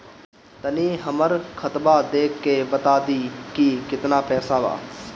तनी हमर खतबा देख के बता दी की केतना पैसा बा?